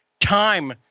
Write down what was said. time